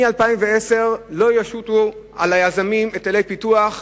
מ-2010 לא ישיתו על היזמים היטלי פיתוח,